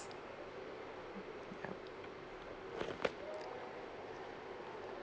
yup